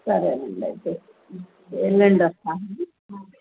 సరేనండి అయితే ఏళ్ళుండొస్తాను